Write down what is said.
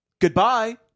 Goodbye